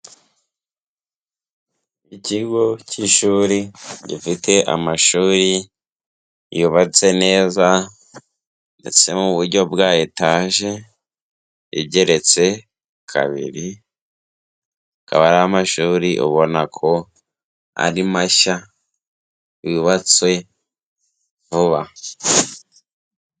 Ikigo k'ishuri gifite amashuri yubatse neza ndetse mu buryo bwa etaje igeretse kabiri, akaba ari amashuri ubona ko ari mashya yubatswe vuba.